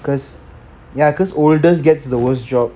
because ya because oldest gets the worst job